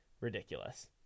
ridiculous